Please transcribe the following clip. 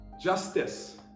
justice